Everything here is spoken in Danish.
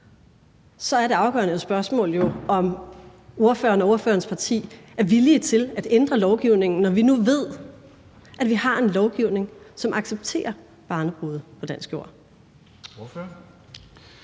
så er det afgørende spørgsmål jo, om ordføreren og ordførerens parti er villige til at ændre lovgivningen, når vi nu ved, at vi har en lovgivning, som accepterer barnebrude på dansk jord.